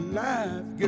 life